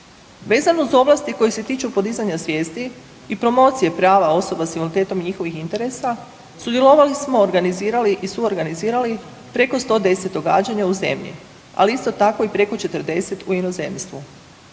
Vezano uz ovlasti koje se tiču podizanja svijesti i promocije prava osoba s invaliditetom i njihovih interesa, sudjelovali smo, organizirali i suorganizirali preko 110 događanja u zemlji, ali isto tako i preko 40 u inozemstvu.